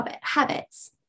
habits